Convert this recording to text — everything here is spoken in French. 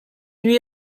lui